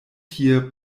tie